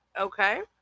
Okay